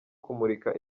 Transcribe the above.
kumurika